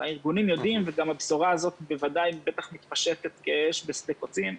הארגונים יודעים וגם הבשורה הזאת מתפשטת כאש בשדה קוצים.